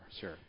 sure